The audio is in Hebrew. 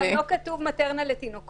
גם לא כתוב מטרנה לתינוקות.